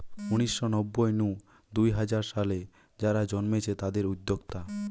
উনিশ শ নব্বই নু দুই হাজার সালে যারা জন্মেছে তাদির উদ্যোক্তা